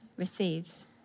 receives